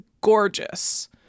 gorgeous